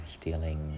stealing